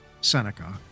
Seneca